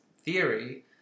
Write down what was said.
theory